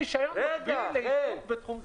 --- רישיון רוחבי לעיסוק בתחום זה.